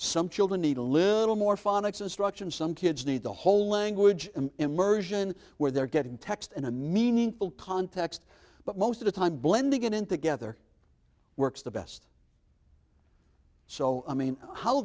some children need a little more phonics instruction some kids need a whole language immersion where they're getting text in a meaningful context but most of the time blending it in together works the best so i mean how